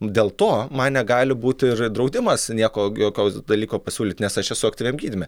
dėl to man negali būti ir draudimas nieko jokio dalyko pasiūlyt nes aš esu aktyviam gydyme